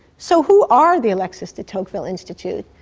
so who are the alexis de tocqueville institute?